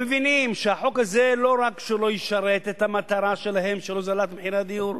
הם מבינים שהחוק הזה לא רק שלא ישרת את המטרה שלהם של הוזלת מחירי הדיור